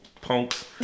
punks